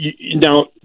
now